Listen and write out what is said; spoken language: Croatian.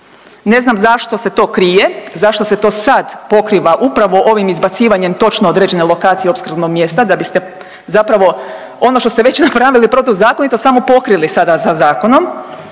Ne znam zašto se to krije, zašto se to sada pokriva upravo ovim izbacivanjem točno određene lokacije opskrbnog mjesta da biste zapravo ono što ste već napravili protuzakonito samo pokrili sada sa zakonom?